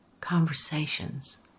conversations